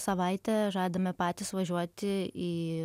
savaitę žadame patys važiuoti į